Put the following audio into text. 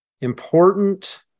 important